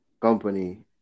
company